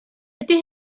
ydi